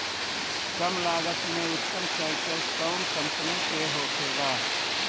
कम लागत में उत्तम ट्रैक्टर कउन कम्पनी के होखेला?